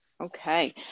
Okay